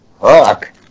Fuck